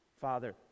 Father